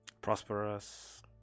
Prosperous